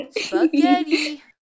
Spaghetti